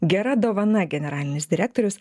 gera dovana generalinis direktorius